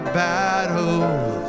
battles